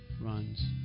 runs